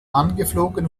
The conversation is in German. angeflogen